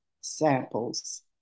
samples